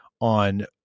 on